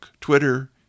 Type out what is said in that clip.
Twitter